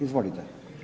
Izvolite.